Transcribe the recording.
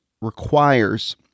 requires